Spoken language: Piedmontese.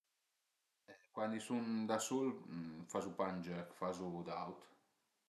Cuandi sun da sul fazu pa ën giöc, fazu d'autr